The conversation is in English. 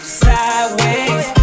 sideways